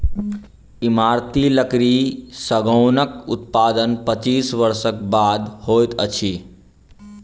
इमारती लकड़ी सागौनक उत्पादन पच्चीस वर्षक बाद होइत अछि